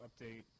update